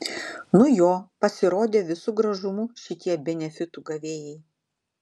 nu jo pasirodė visu gražumu šitie benefitų gavėjai